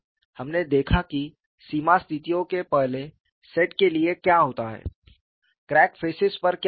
हमने देखा कि सीमा स्थितियों के पहले सेट के लिए क्या होता है क्रैक फेसेस पर क्या होता है